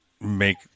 make